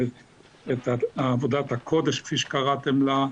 את עבודת הקודש כפי שקראתם לה,